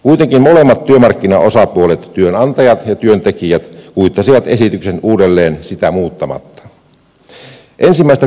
kuitenkin molemmat työmarkkinaosapuolet työnantajat ja työntekijät kuittasivat esityksen uudelleen sitä muuttamatta